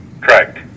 Correct